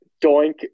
Doink